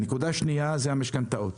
נקודה שנייה זה המשכנתאות.